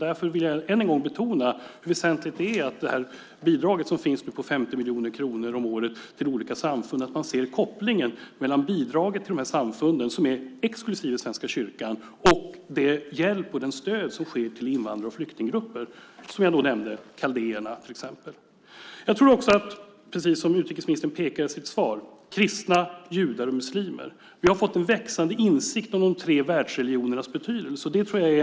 Därför vill jag än en gång betona hur väsentligt det är att man ser kopplingen mellan bidraget på 50 miljoner kronor om året till olika samfund utöver Svenska kyrkan och den hjälp och det stöd som ges till invandrare och flyktinggrupper. Jag nämnde till exempel kaldéerna. Precis som utrikesministern skrev i sitt svar tror jag att vi har fått en växande insikt om de tre världsreligionernas betydelse: kristendom, judendom och islam.